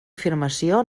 afirmació